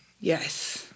yes